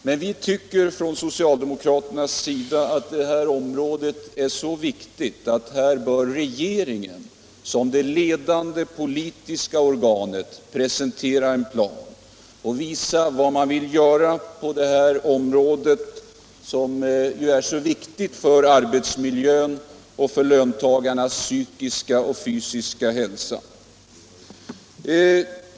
Men vi tycker från socialdemokraternas sida att det området är så viktigt att här bör regeringen, som det ledande politiska organet, presentera en plan och visa vad man vill göra. Detta område är ju väsentligt för arbetsmiljön och för löntagarnas psykiska och fysiska hälsa.